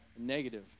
negative